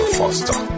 faster